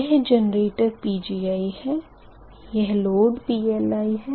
यह generator Pgi है यह लोड PLi है